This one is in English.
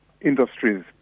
industries